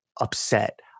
upset